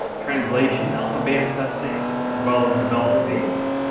translation, alpha beta testing, as well as developer pages.